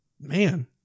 man